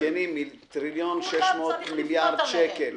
מסכנים עם טריליון ו-600 מיליארד שקל...